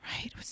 Right